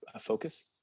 focus